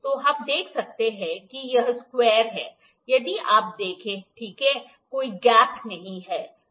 तो हम देख सकते हैं कि यह स्क्वायर है यदि आप देखें ठीक है कोई गैप नहीं है